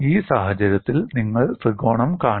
ഈ സാഹചര്യത്തിൽ നിങ്ങൾ ത്രികോണം കാണില്ല